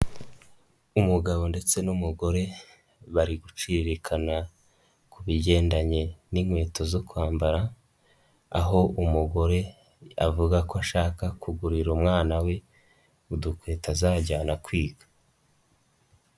Umugabo ndetse n'umugore bari guciririkana ku bigendanye n'inkweto zo kwambara, aho umugore avuga ko ashaka kugurira umwana we udukweto azajyana kwiga.